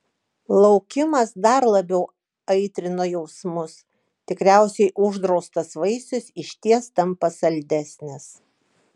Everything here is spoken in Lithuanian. laukimas dar labiau aitrino jausmus tikriausiai uždraustas vaisius išties tampa saldesnis